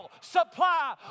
supply